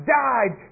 died